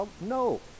No